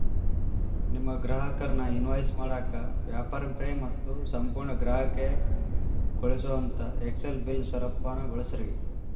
ನಿಮ್ಮ ಗ್ರಾಹಕರ್ನ ಇನ್ವಾಯ್ಸ್ ಮಾಡಾಕ ವ್ಯಾಪಾರ್ನ ಫ್ರೇ ಮತ್ತು ಸಂಪೂರ್ಣ ಗ್ರಾಹಕೇಯಗೊಳಿಸೊಅಂತಾ ಎಕ್ಸೆಲ್ ಬಿಲ್ ಸ್ವರೂಪಾನ ಬಳಸ್ರಿ